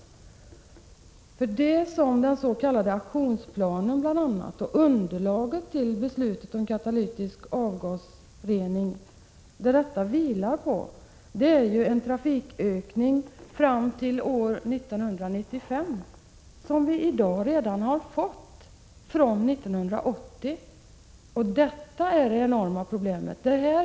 Det som bl.a. den s.k. aktionsplanen och underlaget till beslutet om katalytisk avgasrening vilar på är en beräknad trafikökning fram till år 1995 vilken uppnåddes redan år 1980. Detta är det enorma problemet.